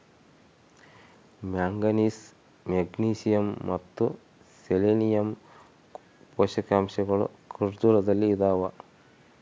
manganese magnesium ಮತ್ತು selenium ಪೋಷಕಾಂಶಗಳು ಖರ್ಜೂರದಲ್ಲಿ ಇದಾವ